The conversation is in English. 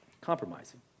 compromising